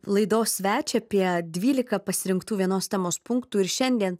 laidos svečią apie dvylika pasirinktų vienos temos punktų ir šiandien